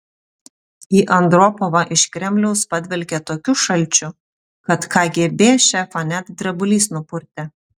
į andropovą iš kremliaus padvelkė tokiu šalčiu kad kgb šefą net drebulys nupurtė